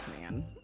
man